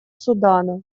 судана